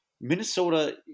Minnesota